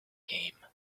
game